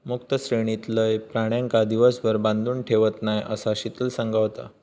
मुक्त श्रेणीतलय प्राण्यांका दिवसभर बांधून ठेवत नाय, असा शीतल सांगा होता